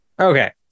Okay